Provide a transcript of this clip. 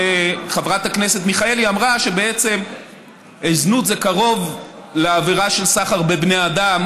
חברת הכנסת מיכאלי אמרה שבעצם זנות זה קרוב לעבירה של סחר בבני אדם,